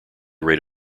rate